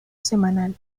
semanal